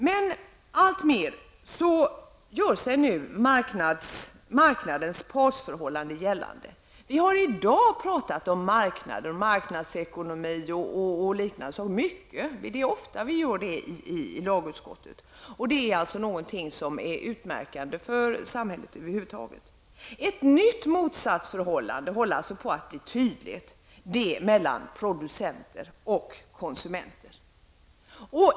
Men alltmer gör sig nu marknadens partsförhållande gällande. Vi har i dag pratat om marknaden, marknadsekonomi och liknande. Det är ofta vi gör det i lagutskottet. Det är någonting som är utmärkande för samhället över huvud taget. Ett nytt motsatsförhållande håller på att bli tydligt, det mellan producenter och konsumenter.